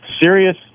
serious